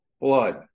blood